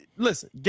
Listen